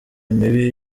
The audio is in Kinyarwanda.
mibi